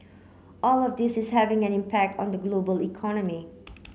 all of this is having an impact on the global economy